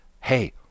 Hey